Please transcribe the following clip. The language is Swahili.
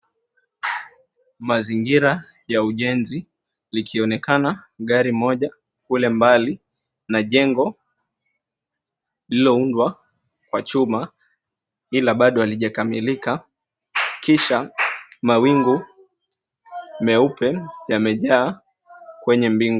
Mazingira ya ujenzi, likionekana gari moja kule mbali na jengo luliloundwa kwa chuma ila bado halijakamilika kisha mawingu meupe yamejaa kwenye mbingu.